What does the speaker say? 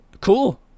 cool